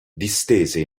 distese